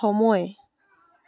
সময়